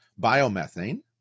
biomethane